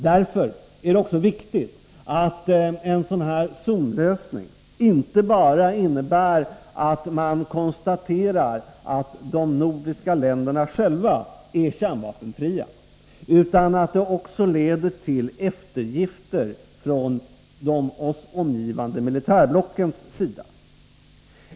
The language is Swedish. Därför är det också viktigt att en zonlösning inte bara innebär att man konstaterar att de nordiska länderna själva är kärnvapenfria, utan att det också leder till eftergifter från de militärblock som omger oss.